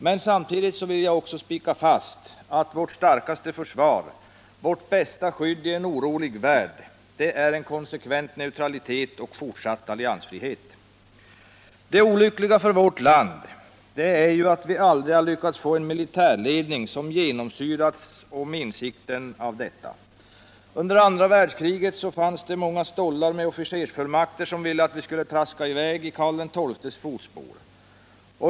Men samtidigt vill jag slå fast att vårt starkaste försvar, vårt bästa skydd i en orolig värld, är en konsekvent neutralitetspolitik och fortsatt alliansfrihet. Det olyckliga för vårt land är att vi aldrig har lyckats få en militärledning som genomsyrats av insikten om detta. Under andra världskriget fanns det många stollar med officersfullmakter som ville att vi skulle traska i väg i Karl XII:s fotspår.